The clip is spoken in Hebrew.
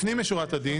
לפנים משורת הדין,